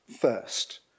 first